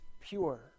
pure